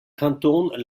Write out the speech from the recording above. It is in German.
kanton